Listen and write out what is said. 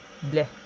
bleh